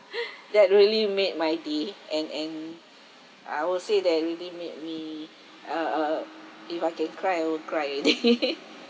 that really made my day and and I will say that really made me uh uh if I can cry I will cry already